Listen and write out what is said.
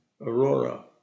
Aurora